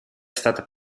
stata